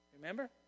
Remember